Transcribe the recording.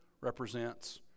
represents